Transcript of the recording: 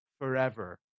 forever